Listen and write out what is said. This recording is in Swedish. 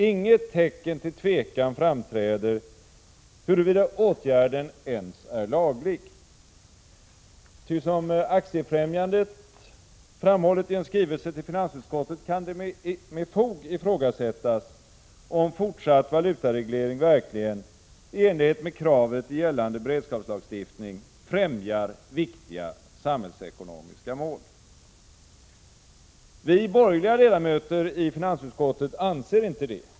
Inget tecken till tvekan framträder huruvida åtgärden ens är laglig. Ty som aktiefrämjandet framhållit i en skrivelse till finansutskottet kan det med fog ifrågasättas om fortsatt valutareglering verkligen — i enlighet med kravet i gällande beredskapslagstiftning — främjar viktiga samhällsekonomiska mål. Vi borgerliga ledamöter i finansutskottet anser inte det.